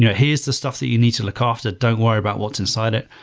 yeah here's the stuff that you need to look after. don't worry about what's inside it.